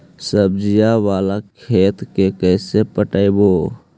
सब्जी बाला खेत के कैसे पटइबै?